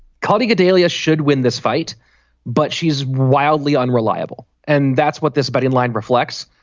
colleague dahlia should win this fight but she is wildly unreliable and that's what this betting line reflects.